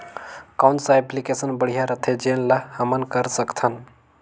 कौन सा एप्लिकेशन बढ़िया रथे जोन ल हमन कर सकथन?